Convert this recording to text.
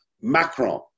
Macron